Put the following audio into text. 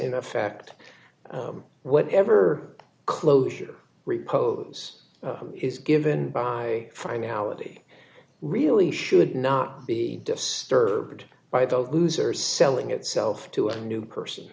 in effect whatever closure repose is given by finality really should not be disturbed by the loser selling itself to a new person